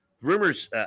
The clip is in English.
rumors